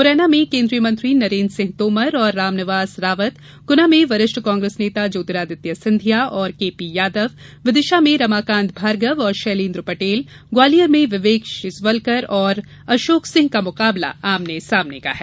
मुरैना में केंद्रीय मंत्री नरेन्द्र सिंह तोमर और रामनिवास रावत गुना में वरिष्ठ कांग्रेसी नेता ज्योतिरादित्य सिंधिया और के पी यादव विदिशा में रमाकांत भार्गव और शैलेन्द्र पटेल ग्वालियर में विवेक शेलवलकर और अशोक सिंह का मुकाबला आमने सामने का है